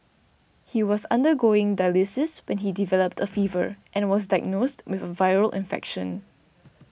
he was undergoing dialysis when he developed a fever and was diagnosed with a viral infection